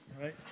right